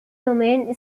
domain